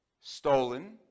stolen